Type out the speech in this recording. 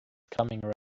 coming